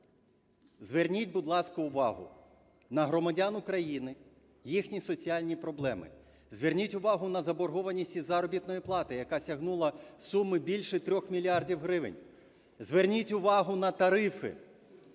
Зверніть, будь ласка, увагу на громадян України, їхні соціальні проблеми, зверніть увагу на заборгованість із заробітної плати, яка сягнула суми більше 3 мільярдів гривень, зверніть увагу на тарифи.